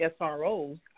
SROs